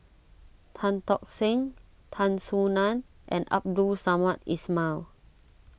Tan Tock Seng Tan Soo Nan and Abdul Samad Ismail